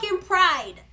pride